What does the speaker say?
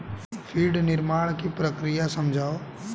feed निर्माण की प्रक्रिया समझाओ